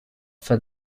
for